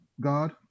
god